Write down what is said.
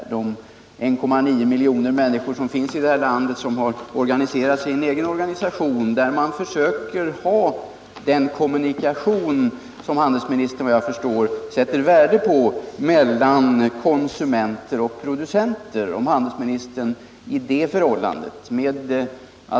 Jag tänker då på de 1,9 miljoner människor här i landet som organiserat sig i en egen organisation, där man försöker ha den kommunikation mellan konsumenter och producenter som handelsministern efter vad jag förstår sätter värde på.